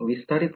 विस्तारित का